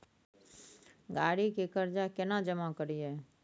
गाड़ी के कर्जा केना जमा करिए?